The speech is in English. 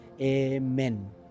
Amen